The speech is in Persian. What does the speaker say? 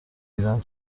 ایران